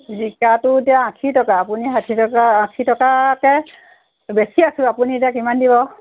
জিকাটো এতিয়া আশী টকা আপুনি ষাঠি টকা আশী টকাকৈ বেচি আছোঁ আপুনি এতিয়া কিমান দিব